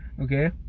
okay